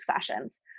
sessions